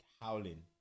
howling